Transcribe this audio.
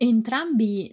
Entrambi